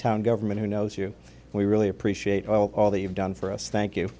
town government who knows you we really appreciate all that you've done for us thank you